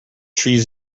trees